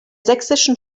sächsischen